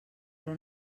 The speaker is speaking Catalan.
però